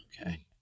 Okay